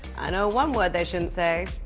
i know one word they shouldn't say.